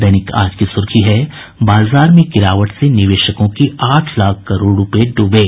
दैनिक आज की सुर्खी है बाजार में गिरावट से निवेशकों के आठ लाख करोड़ डूबे